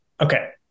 Okay